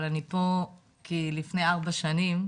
אבל אני פה כי לפני 4 שנים,